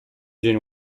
dzień